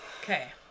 Okay